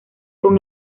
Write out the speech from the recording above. con